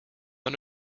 oli